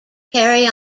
carry